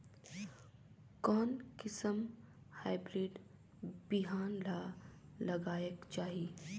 कोन किसम हाईब्रिड बिहान ला लगायेक चाही?